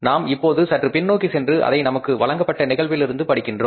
நாம் இப்போது சற்று பின்னோக்கி சென்று அதை நமக்கு வழங்கப்பட்ட நிகழ்விலிருந்து படிக்கின்றோம்